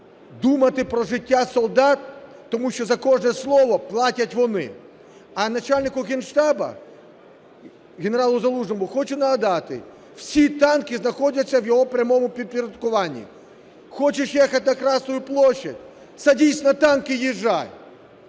думати про життя солдат, тому що за кожне слово платять вони. А начальнику Генштабу генералу Залужному хочу нагадати, всі танки знаходяться в його прямому підпорядкуванні. Хочеш ехать на Красную площадь – садись на танк и езжай.